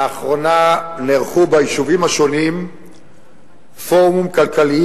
לאחרונה נערכו ביישובים השונים פורומים כלכליים